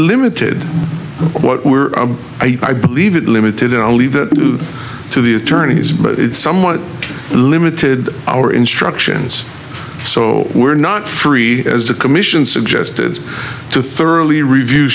limited what we're leave it limited i'll leave that to the attorneys but it's somewhat limited our instructions so we're not free as the commission suggested to thoroughly review